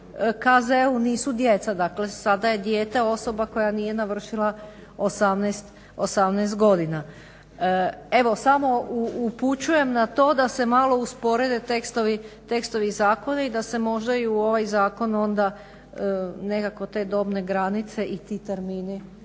KZ nisu djeca. Dakle, sada je dijete osoba koja nije navršila 18 godina. Evo, samo upućujem na to da se malo usporede tekstovi zakona i da se možda i u ovaj zakon onda nekako te dobne granice i ti termini